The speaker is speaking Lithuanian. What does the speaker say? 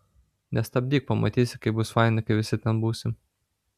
nestabdyk pamatysi kaip bus faina kai visi ten būsim